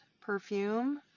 Perfume